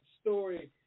story